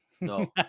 no